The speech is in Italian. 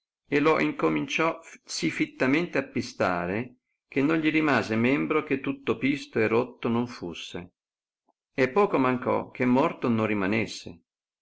e lo incominciò sì fattamente pistare che non gli rimase membro che tutto pisto e rotto non fusse e poco mancò che morto non rimanesse